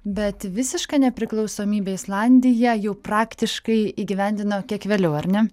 bet visišką nepriklausomybę islandija jau praktiškai įgyvendino kiek vėliau ar ne